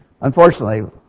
Unfortunately